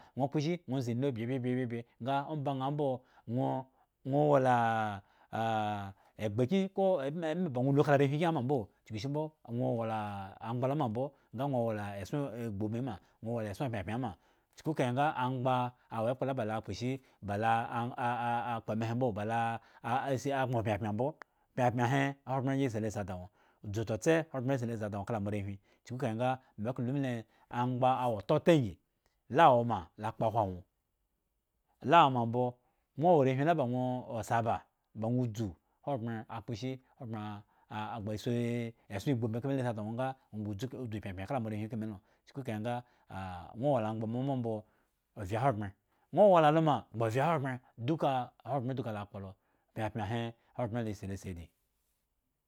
Ŋwo kposhi ŋwo nze inu byebyebye nga omba ŋha mbo, ŋwo ŋwo wo laah egba kyin ko emeba lo ka arehwin kyin awoma mbo chukushimbo a ŋwo wola amgba lo ma mbo nga ŋwo wola eson egbu ubin ma ŋwo wola eson pyapyan ma chuku kahe nga amgba wo ekpla la ba lo akpo shi, balo ah ah ah kpo emehe mbo, balo ah ah asi agboŋ pyapyan mbo pyapyan he ahogbren angyi asi lo si ada ŋwo dzu tsotse hogbren angyi asi lo si da ŋwo kala moarehwin chuku kahe nga me klo lu mile amgba wo taota angyi lo awoma lo akpoahwo aŋwo lo awoma mbo ŋwo wo arehwin laba ŋwo osaba ba ŋwo dzu hogbren akposhi hogbren a agbo si eson gbu ubin ka milo si ada ŋwo nga ŋwo gba pyapyan kala moarehwin eka milo chuku kahe nga ŋwo wola amgba ma mbo mbo ovye ahogbren ŋwo la lo ma gba ovye ahogbren duka ahogbren duka la kpo lo pyapyan he hogbren la si lo si adi.